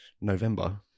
November